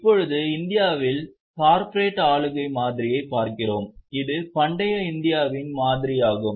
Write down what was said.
இப்போது இந்தியாவில் கார்ப்பரேட் ஆளுகை மாதிரியைப் பார்க்கிறோம் இது பண்டைய இந்தியாவின் மாதிரி ஆகும்